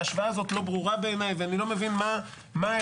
ההשוואה הזאת לא ברורה בעיניי ואני לא מבין מה האירוע.